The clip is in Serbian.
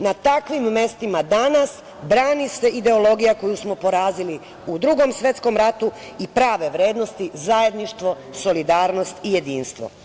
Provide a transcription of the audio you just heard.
Na takvim mestima danas brani se ideologija koju smo porazili u Drugom svetskom ratu i prave vrednosti zajedništvo, solidarnost i jedinstvo.